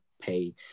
pay